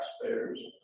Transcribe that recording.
taxpayers